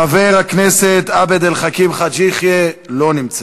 חבר הכנסת עבד אל חכים חאג' יחיא, לא נמצא,